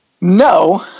No